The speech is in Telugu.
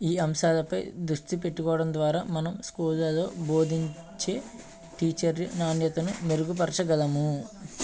ఈ అంశాలపై దృష్టి పెట్టుకోవడం ద్వారా మనం స్కూళ్లలో బోధించే టీచర్ల నాణ్యతను మెరుగు పరచగలము